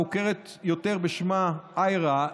המוכרת יותר בשמה IHRA,